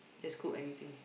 just cook anything